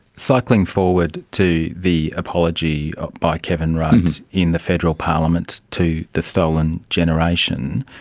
cycling forward to the apology by kevin rudd in the federal parliament to the stolen generation,